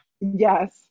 Yes